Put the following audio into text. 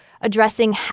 addressing